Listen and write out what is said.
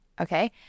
Okay